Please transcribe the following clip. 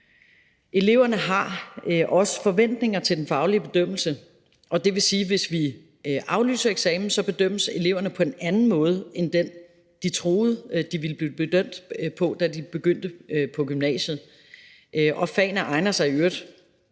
Eleverne har også forventninger til den faglige bedømmelse. Det vil sige, at hvis vi aflyser eksamenerne, bedømmes eleverne på en anden måde end den, de troede de ville blive bedømt på, da de begyndte på gymnasiet, og det er i øvrigt